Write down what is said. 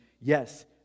yes